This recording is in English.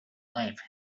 life